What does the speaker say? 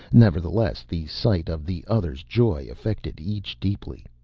nevertheless, the sight of the other's joy affected each deeply.